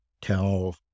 tell